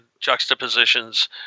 juxtapositions